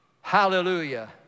Hallelujah